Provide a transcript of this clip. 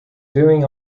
doing